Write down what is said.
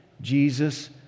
Jesus